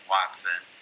Watson